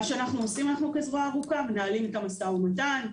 אנחנו כזרוע ארוכה מנהלים את המשא ומתן,